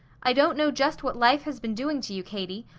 i don't know just what life has been doing to you, katie,